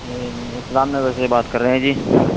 یہ اسلام نگر سے بات کر رہے ہیں جی